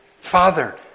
Father